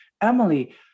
Emily